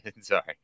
Sorry